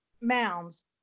mounds